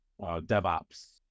DevOps